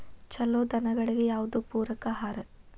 ಛಲೋ ದನಗಳಿಗೆ ಯಾವ್ದು ಪೂರಕ ಆಹಾರ?